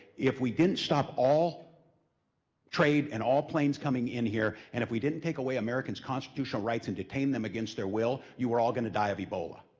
if we didn't stop all trade and all planes coming in here, and if we didn't take away americans' constitutional rights and detain them against their will, you were all going to die of ebola.